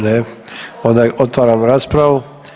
Ne, onda otvaram raspravu.